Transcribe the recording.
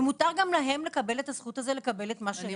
ומותר גם להם לקבל את הזכות הזאת לקבל מה שהם רוצים.